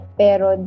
pero